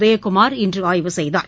உதயகுமார் இன்று ஆய்வு செய்தார்